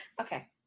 Okay